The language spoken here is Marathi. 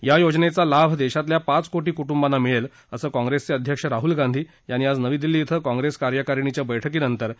या योजनेचा लाभ देशातल्या पाच कोटी कुटुंबांना मिळेल असं काँप्रेसचे अध्यक्ष राहुल गांधी यांनी आज नवी दिल्ली क्वे काँग्रेस कार्यकारिणीच्या बैठकीनंतर बातमीदारांना सांगितलं